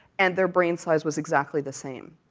and their brain size was exactly the same.